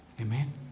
Amen